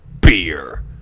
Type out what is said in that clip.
Beer